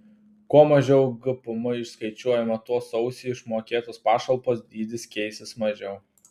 kuo mažiau gpm išskaičiuojama tuo sausį išmokėtos pašalpos dydis keisis mažiau